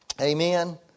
Amen